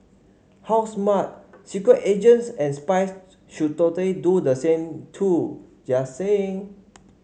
how smart secret agents and spies should total do the same too just saying